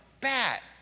bat